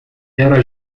era